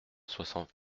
soixante